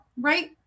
Right